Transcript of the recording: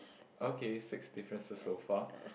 okay six differences so far